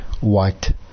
white